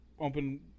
open